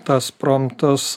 tas promtus